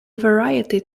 variety